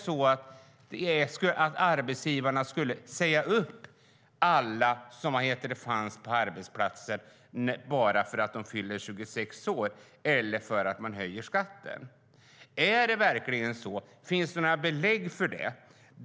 Skulle arbetsgivarna säga upp alla som fanns på arbetsplatser bara för att de fyllde 26 år eller för att man höjde skatten? Är det verkligen så? Finns det några belägg för det?